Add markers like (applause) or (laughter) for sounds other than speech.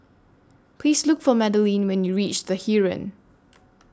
Please Look For Madelene when YOU REACH The Heeren (noise)